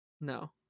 No